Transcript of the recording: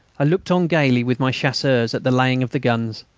i looked on gaily with my chasseurs at the laying of the guns.